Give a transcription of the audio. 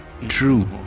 true